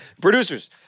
Producers